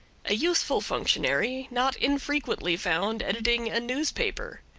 a useful functionary, not infrequently found editing a newspaper.